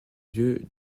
lieu